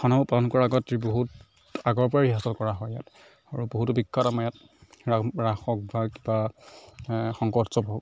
ভাওনাবোৰ পালন কৰাৰ আগতে বহুত আগৰ পৰাই ৰিহাৰ্চল কৰা হয় ইয়াত আৰু বহুতো বিখ্যাত আমাৰ ইয়াত ৰাস হওক বা কিবা শংকৰ উৎসৱ হওক